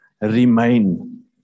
remain